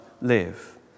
live